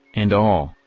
and all,